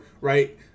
right